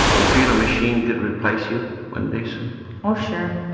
you feel a machine could replace you one day soon? oh, sure.